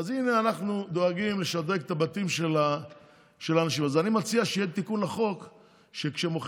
חשובים להם מאוד כל מיני דילים בנושא דיינים ודילים בחוק כזה ובחוק